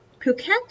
Phuket